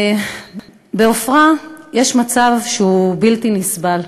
בעפרה יש מצב שהוא בלתי נסבל: